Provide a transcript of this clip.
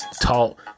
talk